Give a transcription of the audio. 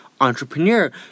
entrepreneur